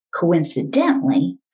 Coincidentally